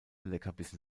leckerbissen